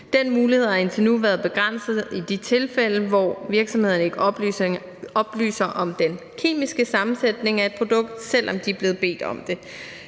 Den mulighed har indtil nu været begrænset i de tilfælde, hvor virksomheden ikke oplyser om den kemiske sammensætning af et produkt, selv om de er blevet bedt om det.